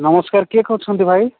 ନମସ୍କାର କିଏ କହୁଛନ୍ତି ଭାଇ